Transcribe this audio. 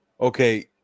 Okay